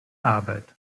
arbeit